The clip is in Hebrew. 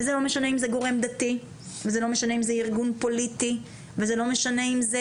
וזה לא משנה אם זה גורם דתי וזה לא משנה אם זה